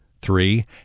three